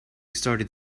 started